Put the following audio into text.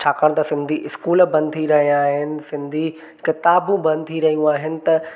छाकाणि त सिंधी स्कूल बंदि थी रहिया आहिनि सिंधी किताबूं बंदि थी रहियूं आहिनि त